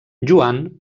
joan